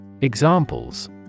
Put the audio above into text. Examples